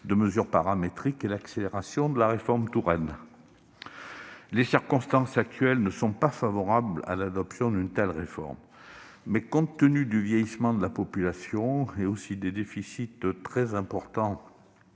de mesures paramétriques et l'accélération de la réforme Touraine. Les circonstances actuelles ne sont pas favorables à l'adoption d'une telle réforme, mais, compte tenu du vieillissement de la population et du déficit très important